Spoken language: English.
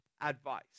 advice